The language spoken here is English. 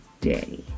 day